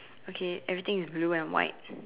okay everything is blue and white